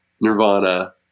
Nirvana